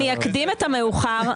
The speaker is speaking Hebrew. אני אקדים את המאוחר,